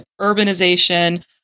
urbanization